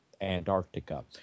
Antarctica